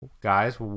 Guys